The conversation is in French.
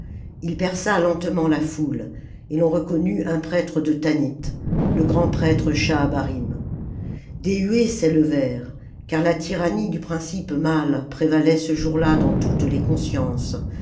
ii perça lentement la foule et l'on reconnut un prêtre de tanit le grand-prêtre schahabarim des huées s'élevèrent car la tyrannie du principe mâle prévalait ce jour-là dans toutes les consciences